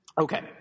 Okay